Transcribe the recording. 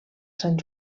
sant